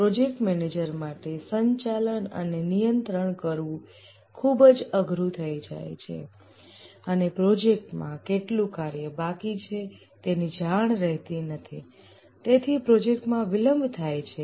project manager માટે સંચાલન અને નિયંત્રણ કરવું ખૂબ જ અઘરું થઈ જાય છે અને પ્રોજેક્ટમા કેટલું કાર્ય બાકી છે તેની જાણ રહેતી નથી તેથી પ્રોજેક્ટમાં વિલંબ થાય છે